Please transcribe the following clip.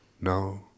no